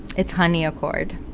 it's honey accord.